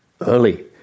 early